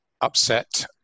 upset